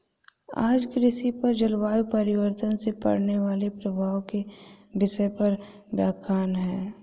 आज कृषि पर जलवायु परिवर्तन से पड़ने वाले प्रभाव के विषय पर व्याख्यान है